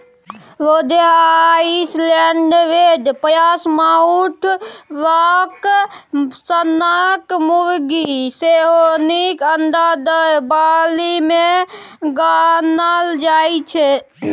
रोडे Island Red, Plymouth Rock सनक मुरगी सेहो नीक अंडा दय बालीमे गानल जाइ छै